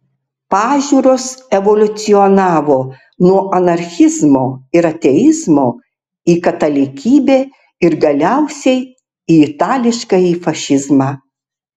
pažiūros evoliucionavo nuo anarchizmo ir ateizmo į katalikybę ir galiausiai į itališkąjį fašizmą